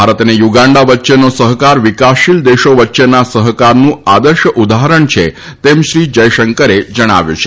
ભારત અને યુંગાડા વચ્ચેનો સહકાર વિકાસશીલ દેશો વચ્ચેના સહકારનું આદર્શ ઉદાહરણ છે તેમ શ્રી જયશંકરે જણાવ્યું છે